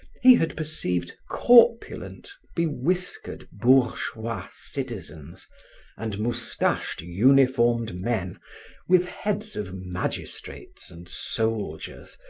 he had perceived corpulent, bewhiskered bourgeois citizens and moustached uniformed men with heads of magistrates and soldiers,